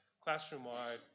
classroom-wide